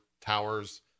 towers